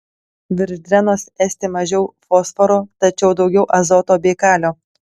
virš drenos esti mažiau fosforo tačiau daugiau azoto bei kalio